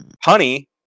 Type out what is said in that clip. honey